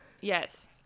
yes